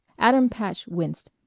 adam patch winced,